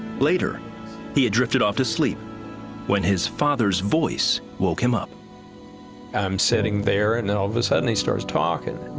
later he had drifted off to sleep when his father's voice woke him up. and i'm sitting there, and all of a sudden he starts talking.